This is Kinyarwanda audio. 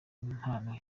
impano